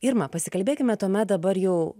irma pasikalbėkime tuomet dabar jau